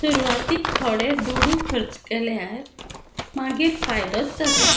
सुरवातीक थोडे दुडू खर्च केल्यार मागीर फायदोच जाता